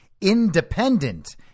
independent